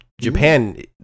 Japan